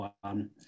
one